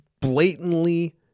blatantly